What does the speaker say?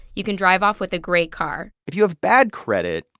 you can drive off with a great car if you have bad credit,